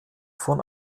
von